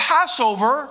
Passover